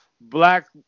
black